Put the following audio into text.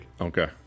Okay